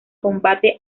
combate